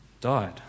died